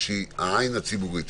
שהוא העין הציבורית.